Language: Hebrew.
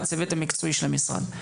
והצוות המקצועי של המשרד.